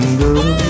girl